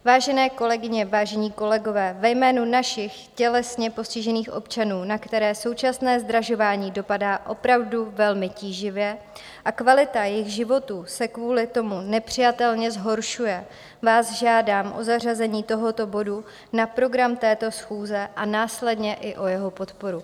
Vážené kolegyně, vážení kolegové, ve jménu našich tělesně postižených občanů, na které současné zdražování dopadá opravdu velmi tíživě a kvalita jejich životů se kvůli tomu nepřijatelně zhoršuje, vás žádám o zařazení tohoto bodu na program této schůze a následně i o jeho podporu.